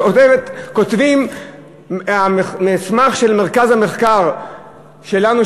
כותבים במסמך של מרכז המחקר שלנו,